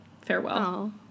Farewell